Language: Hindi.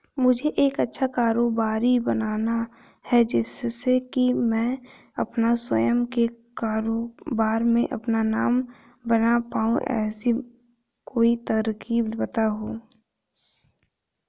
मुझे एक अच्छा कारोबारी बनना है जिससे कि मैं अपना स्वयं के कारोबार में अपना नाम बना पाऊं ऐसी कोई तरकीब पता दो?